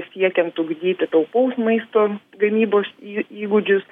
siekiant ugdyti taupaus maisto gamybos į įgūdžius